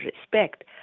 respect